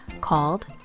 called